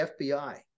FBI